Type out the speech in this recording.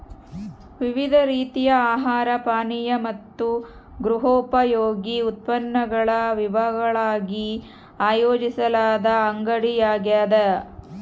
ವಿವಿಧ ರೀತಿಯ ಆಹಾರ ಪಾನೀಯ ಮತ್ತು ಗೃಹೋಪಯೋಗಿ ಉತ್ಪನ್ನಗಳ ವಿಭಾಗಗಳಾಗಿ ಆಯೋಜಿಸಲಾದ ಅಂಗಡಿಯಾಗ್ಯದ